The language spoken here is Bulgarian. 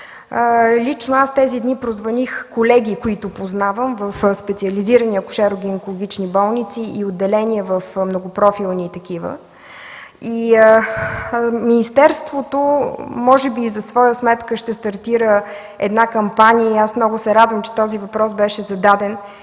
лично аз тези дни прозвъних колеги, които познавам в специализирани акушеро-гинекологични болници и отделения в многопрофилни такива. Министерството може би за своя сметка ще стартира една кампания и аз много се радвам, че този въпрос беше зададен.